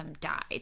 died